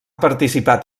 participat